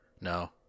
No